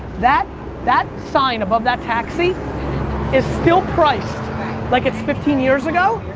that that sign above that taxi's is still priced like it's fifteen years ago,